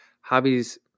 hobbies